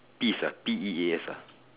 peas ah P E A S ah